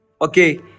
Okay